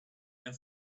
and